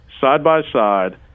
side-by-side